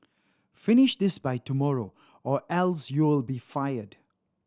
finish this by tomorrow or else you'll be fired